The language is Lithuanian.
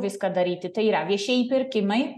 viską daryti tai yra viešieji pirkimai